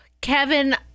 Kevin